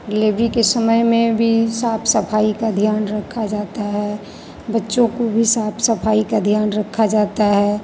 delivery के समय में भी साफ सफाई का ध्यान रखा जाता है बच्चों को भी साफ सफाई का ध्यान रखा जाता है